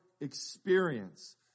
experience